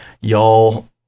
y'all